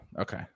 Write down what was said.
Okay